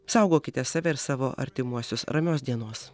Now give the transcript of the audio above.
saugokite save ir savo artimuosius ramios dienos